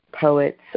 poets